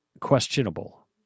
questionable